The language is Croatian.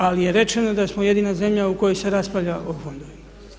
Ali je rečeno da smo jedina zemlja u kojoj se raspravlja o fondovima.